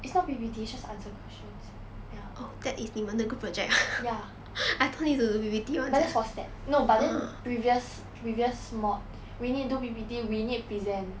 it's not P_P_T it's just answer questions ya ya but that's for stats no but then previous previous mod we need do P_P_T we need present